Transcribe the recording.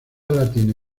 latina